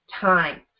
time